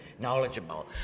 Knowledgeable